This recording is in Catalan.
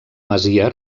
masia